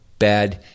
bad